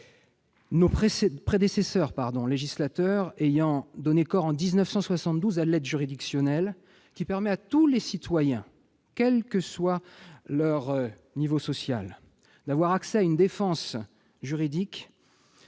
saurait être dévoyé. En donnant corps, en 1972, à l'aide juridictionnelle, qui permet à tous les citoyens, quel que soit leur niveau social, d'avoir accès à une défense juridique,